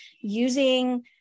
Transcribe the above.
using